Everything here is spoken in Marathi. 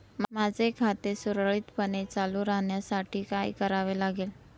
माझे खाते सुरळीतपणे चालू राहण्यासाठी काय करावे लागेल?